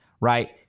right